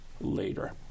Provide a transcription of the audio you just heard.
later